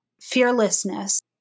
fearlessness